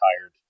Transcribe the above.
tired